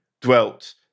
dwelt